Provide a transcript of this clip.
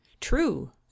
True